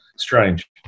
Strange